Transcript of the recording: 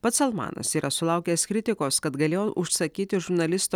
pats salmanas yra sulaukęs kritikos kad galėjo užsakyti žurnalisto